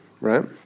right